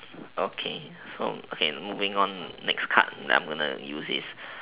okay so okay moving on next card I am going to use is